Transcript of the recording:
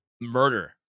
murder